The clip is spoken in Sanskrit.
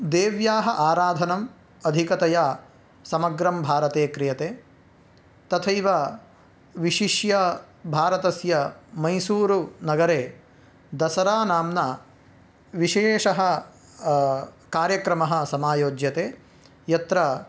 देव्याः आराधनाम् अधिकतया समग्रं भारते क्रियते तथैव विशिष्य भारतस्य मैसूरु नगरे दसरा नाम्ना विशेषः कार्यक्रमः समायोज्यते यत्र